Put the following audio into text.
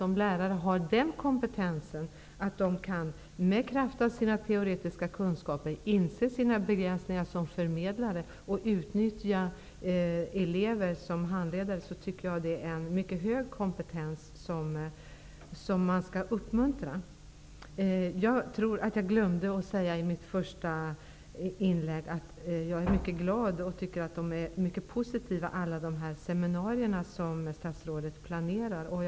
Om lärare i kraft av sina teoretiska kunskaper kan inse sina begränsningar som förmedlare och utnyttja elever som handledare, tyder det på en mycket hög kompetens, som man skall uppmuntra. Jag tror att jag i mitt första inlägg glömde att tala om att jag är mycket glad åt alla seminarier som statsrådet planerar. Det är mycket positivt.